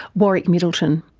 warwick middleton.